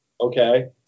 okay